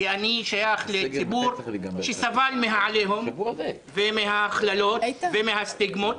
כי אני שייך לציבור שסבל מהעליהום ומהכללות ומהסטיגמות.